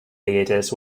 leaders